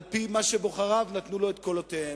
על-פי מה שבוחריו נתנו לו את קולותיהם.